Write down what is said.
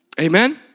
amen